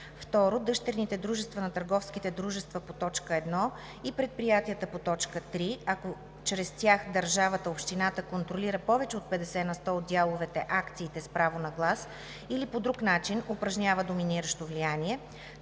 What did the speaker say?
2. дъщерните дружества на търговските дружества по т. 1 и предприятията по т. 3, ако чрез тях държавата/общината контролира повече от 50 на сто от дяловете/акциите с право на глас или по друг начин упражнява доминиращо влияние;